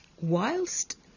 whilst